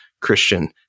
Christian